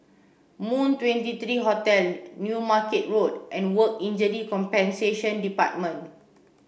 Moon twenty three Hotel New Market Road and Work Injury Compensation Department